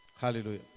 Hallelujah